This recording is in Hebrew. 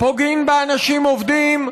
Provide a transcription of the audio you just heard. פוגעים באנשים עובדים,